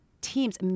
teams